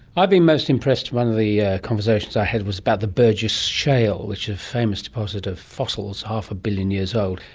i've been most impressed, one of the conversations i had was about the burgess shale, which is a famous deposit of fossils, half a billion years old,